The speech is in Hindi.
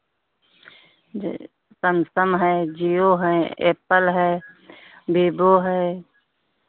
जी समसंग है जिओ है एप्पल है विवो है